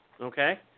Okay